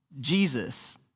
Jesus